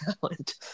talent